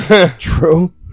True